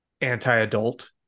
anti-adult